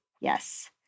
yes